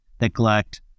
neglect